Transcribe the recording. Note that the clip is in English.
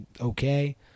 okay